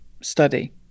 study